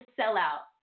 sellout